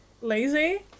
lazy